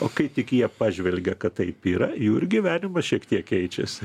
o kai tik jie pažvelgia kad taip yra jų ir gyvenimas šiek tiek keičiasi